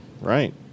right